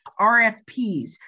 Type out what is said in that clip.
RFPs